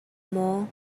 maw